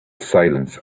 silence